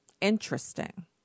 Interesting